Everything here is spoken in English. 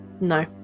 No